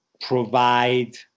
provide